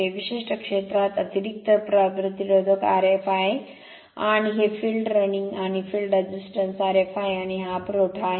हे विशिष्ट क्षेत्रात अतिरिक्त प्रतिरोधक Rf आहे आणि हे फील्ड रनिंग आणि फील्ड रेसिस्टन्स Rf आहे आणि हा पुरवठा आहे